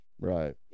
right